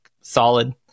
solid